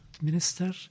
minister